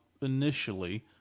initially